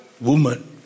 Woman